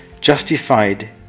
justified